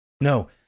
No